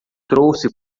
trouxe